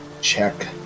check